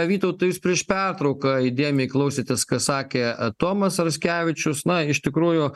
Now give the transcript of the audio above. vytautai jūs prieš pertrauką įdėmiai klausėtės kas sakė tomas raskevičius na iš tikrųjų